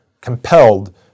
compelled